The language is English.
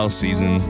season